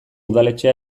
udaletxea